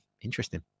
interesting